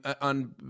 on